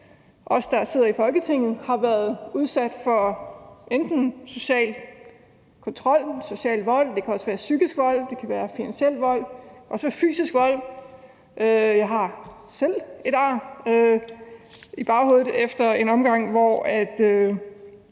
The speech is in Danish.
os, der sidder i Folketinget, har været udsat for enten social kontrol, social vold, psykisk vold, finansiel vold eller fysisk vold. Jeg har selv et ar i baghovedet efter en omgang, så